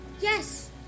Yes